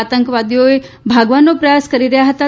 આતંકવાદીઓ ભાગવાનો પ્રયાસ કરી રહ્યા હતાં